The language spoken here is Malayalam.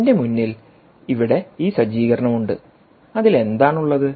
എന്റെ മുന്നിൽ ഇവിടെ ഈ സജ്ജീകരണം ഉണ്ട് അതിൽ എന്താണ് ഉള്ളത്